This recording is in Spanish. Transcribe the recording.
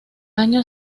año